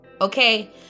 Okay